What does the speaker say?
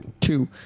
two